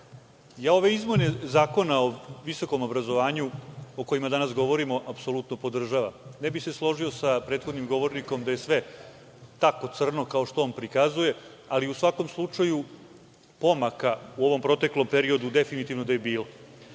ja ove izmene Zakona o visokom obrazovanju o kome danas govorimo, apsolutno podržavam. Ne bih se složio sa prethodnim govornikom da je sve tako crno kao što on prikazuje, ali u svakom slučaju pomaka u ovom proteklom periodu definitivno da je